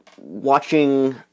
watching